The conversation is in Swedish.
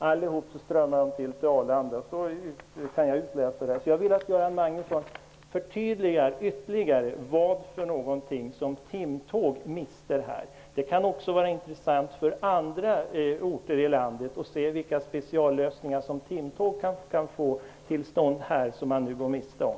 Alla strömmar ut till Jag vill att Göran Magnusson förtydligar vad det är för någonting som TIM-tåg går miste om. Det kan vara intressant för andra orter i landet att se vilka speciallösningar som kan göras för TIM-tåg men som man går miste om.